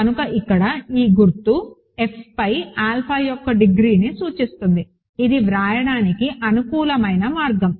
కనుక ఇక్కడ ఈ గుర్తు F పై ఆల్ఫా యొక్క డిగ్రీని సూచిస్తుంది ఇది వ్రాయడానికి అనుకూలమైన మార్గం